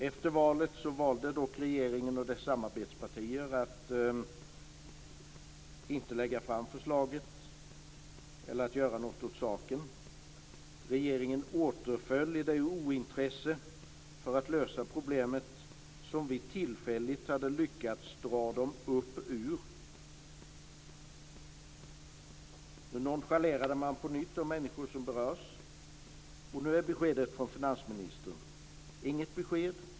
Efter valet valde dock regeringen och dess samarbetspartier att inte lägga fram förslaget eller att göra något åt saken. Regeringen återföll i det ointresse för att lösa problemet som vi tillfälligt hade lyckats att dra den upp ur. Man nonchalerade på nytt de människor som berörs. Nu är beskedet från finansministern: Inget besked.